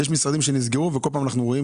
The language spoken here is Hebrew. יש משרדים שנסגרו וכל פעם אנחנו רואים